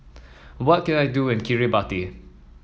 what can I do in Kiribati